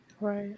Right